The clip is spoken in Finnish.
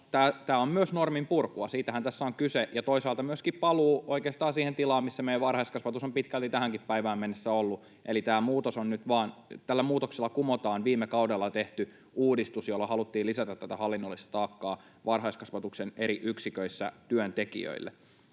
tämä on myös norminpurkua, siitähän tässä on kyse, ja toisaalta myöskin paluu oikeastaan siihen tilaan, missä meidän varhaiskasvatus on pitkälti tähänkin päivään mennessä ollut. Eli tällä muutoksella kumotaan viime kaudella tehty uudistus, jolla haluttiin lisätä tätä hallinnollista taakkaa varhaiskasvatuksen eri yksiköissä työntekijöille.